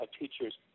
teacher's